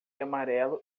amarelo